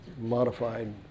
modified